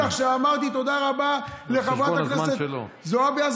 אז כואב לך שאמרתי תודה רבה לחברת הכנסת זועבי?